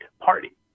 party